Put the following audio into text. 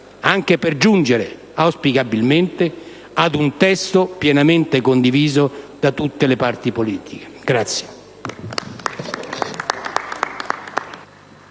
esame per giungere, auspicabilmente, ad un testo pienamente condiviso da tutte le parti politiche.